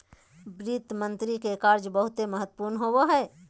वित्त मंत्री के कार्य बहुते महत्वपूर्ण होवो हय